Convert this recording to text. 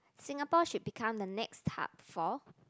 Singapore should become the next hub for